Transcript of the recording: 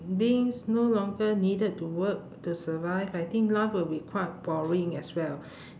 beings no longer needed to work to survive I think life will be quite boring as well